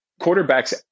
Quarterbacks